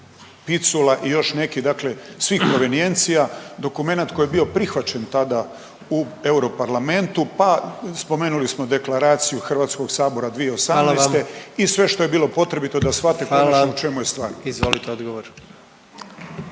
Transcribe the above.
Picula i još neki dakle svih provincijencija dokumenat koji je bio prihvaćen tada u Euro parlamentu, pa spomenuli smo Deklaraciju Hrvatskog sabora 2018. i sve što je bilo potrebito da shvate konačno u čemu je stvar.